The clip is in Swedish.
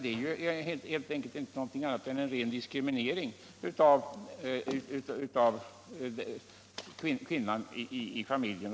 Det är ingenting annat än en ren diskriminering av kvinnan i familjen.